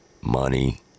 money